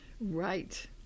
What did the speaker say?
Right